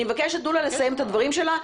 אני מבקשת, תנו לה לסיים את הדברים שלה.